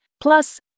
plus